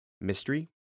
mystery